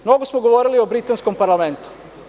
Mnogo smo govorili o britanskom parlamentu.